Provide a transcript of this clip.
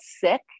sick